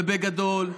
ובגדול.